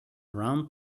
round